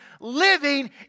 living